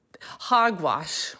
hogwash